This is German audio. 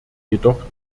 jedoch